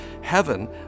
heaven